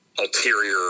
ulterior